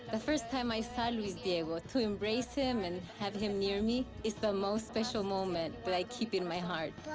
the first time i saw luis diego, to embrace him and have him near me, is the most special moment that but i keep in my heart.